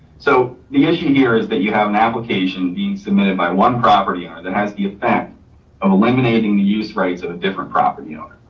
so the issue here is that you have an application being submitted by one property owner that has the effect of eliminating the use rights at a different property owner.